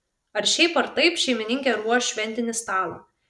ar šiaip ar taip šeimininkė ruoš šventinį stalą